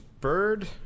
Bird